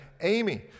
Amy